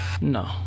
No